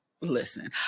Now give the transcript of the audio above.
Listen